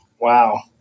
Wow